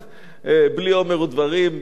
בלי אומר ודברים,